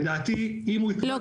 לדעתי לא,